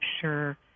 sure